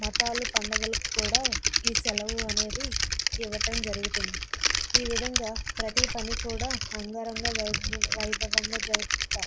మతాలు పండుగలకు కూడా ఈ సెలవు అనేవి ఇవ్వటం జరుగుతుంది ఈ విధంగా ప్రతీ పని కూడా అంగ రంగ వైభ వైభవంగా జరుపుతారు